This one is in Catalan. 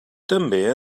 també